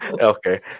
Okay